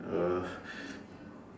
uh